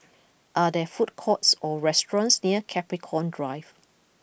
are there food courts or restaurants near Capricorn Drive